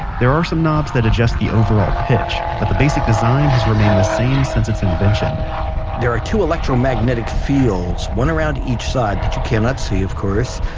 there are some knobs that adjust the overall pitch, but the basic design has remained the same since its invention there are two electromagnetic fields, one around each side, that you cannot see, of course.